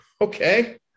Okay